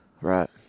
Right